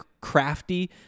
crafty